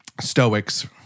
Stoics